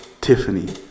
Tiffany